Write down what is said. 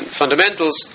fundamentals